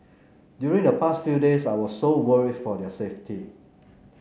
during the past few days I was so worried for their safety